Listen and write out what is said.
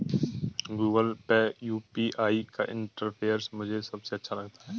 Google Pay UPI का interface मुझे सबसे अच्छा लगता है